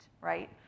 right